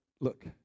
Look